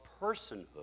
personhood